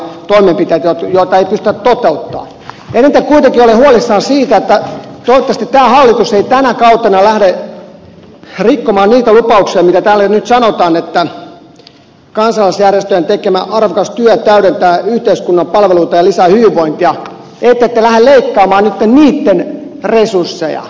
eniten kuitenkin olen huolissani siitä että toivottavasti tämä hallitus ei tänä kautena lähde rikkomaan niitä lupauksia joita täällä nyt sanotaan että kansalaisjärjestöjen tekemä arvokas työ täydentää yhteiskunnan palveluita ja lisää hyvinvointia ettette lähde leikkaamaan nyt niitten resursseja